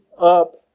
up